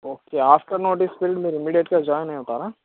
okay after notice period మీరు ఇమిడియట్గా join అవుతారా